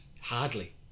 Hardly